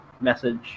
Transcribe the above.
message